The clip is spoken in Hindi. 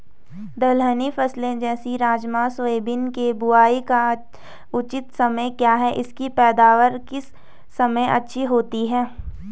दलहनी फसलें जैसे राजमा सोयाबीन के बुआई का उचित समय क्या है इसकी पैदावार किस समय अच्छी होती है?